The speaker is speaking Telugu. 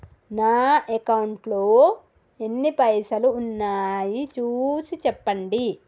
నా అకౌంట్లో ఎన్ని పైసలు ఉన్నాయి చూసి చెప్పండి?